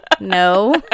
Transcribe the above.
no